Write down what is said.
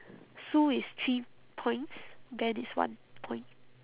sue is three points ben is one point